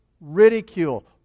ridicule